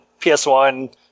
PS1